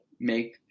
make